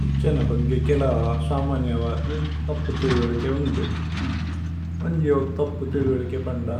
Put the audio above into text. പുച്ചന ബഗ്ഗേ കേലവ സാമനിയവദു തപ്പു। തിലുവേലുകേ വുന്ദു വന്ജി ഓവു തപ്പു തിലുവേലുകേ। പന്ദ